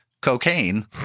cocaine